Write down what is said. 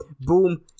boom